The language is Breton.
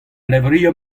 levrioù